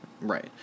Right